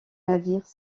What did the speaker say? navires